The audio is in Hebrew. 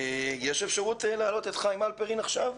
האם יש אפשרות להעלות את חיים הלפרין עכשיו?